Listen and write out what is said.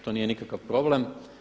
To nije nikakav problem.